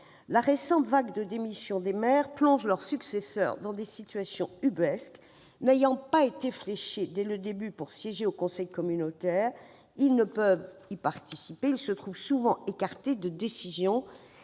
La récente vague de démissions de maires plonge les successeurs de ceux-ci dans des situations ubuesques : n'ayant pas été fléchés dès le début pour siéger au conseil communautaire, ils ne peuvent y participer et se trouvent souvent écartés de décisions